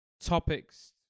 topics